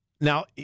Now